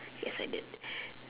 yes I did